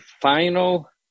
final